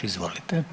Izvolite.